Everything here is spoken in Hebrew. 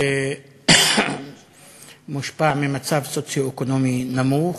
זה מושפע ממצב סוציו-אקונומי נמוך,